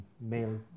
male